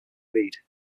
reid